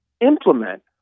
implement